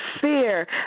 fear